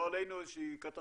לא עלינו איזה שהיא קטסטרופה,